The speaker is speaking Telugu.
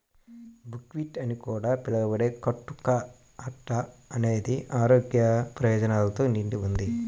బుక్వీట్ అని కూడా పిలవబడే కుట్టు కా అట్ట అనేది ఆరోగ్య ప్రయోజనాలతో నిండి ఉంది